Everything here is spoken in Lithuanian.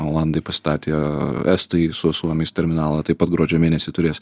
olandai pastatė estai su suomiais terminalą taip pat gruodžio mėnesį turės